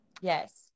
Yes